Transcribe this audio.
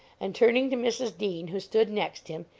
and, turning to mrs. dean, who stood next him,